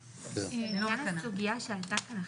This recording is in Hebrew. לעניין הסוגיה שעלתה פה